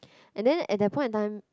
and then at that point in time